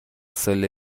سال